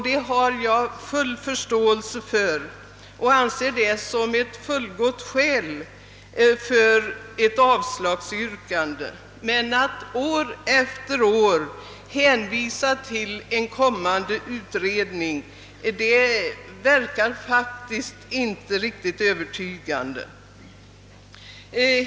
Detta har jag full förståelse för och anser det vara ett fullgoti skäl för ett avslagsyrkande. Men att år efter år hänvisa till en kommande utredning verkar faktiskt inte riktigt övertygande.